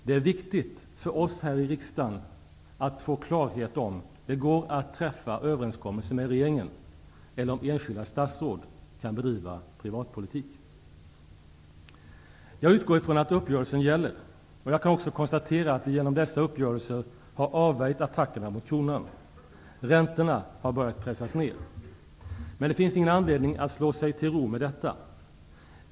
Det är viktigt för oss här i riksdagen att få klarhet i om det går att träffa överenskommelser med regeringen eller om enskilda statsråd kan bedriva privatpolitik. Jag utgår ifrån att uppgörelsen gäller. Jag kan också konstatera att vi genom dessa uppgörelser har avvärjt attackerna mot kronan. Räntorna har börjat pressas ned. Men det finns ingen anledning att slå sig till ro med detta.